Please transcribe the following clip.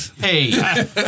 hey